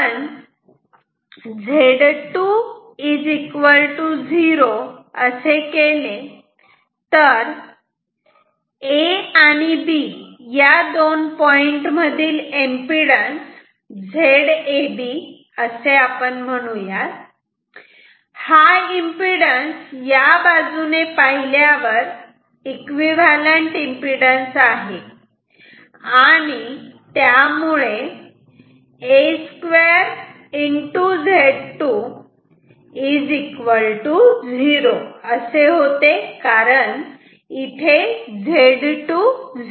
जर आपण z2 0 केले तर A आणि B या दोन पॉईंट मधील एम्पिडन्स ZAB असे म्हणू यात हा एम्पिडन्स या बाजूने पाहिल्यावर एकविव्हॅलंट एम्पिडन्स आहे आणि त्यामुळे a2Z2 0 होते कारण Z2 0 आहे